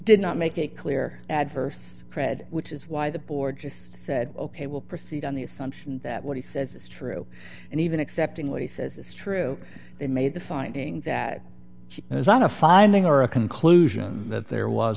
did not make a clear adverse praed which is why the board just said ok we'll proceed on the assumption that what he says is true and even accepting what he says is true they made the finding that she was not a finding or a conclusion that